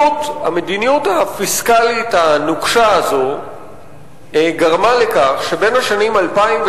המדיניות הפיסקלית הנוקשה הזו גרמה לכך שבין השנים 2002